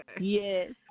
Yes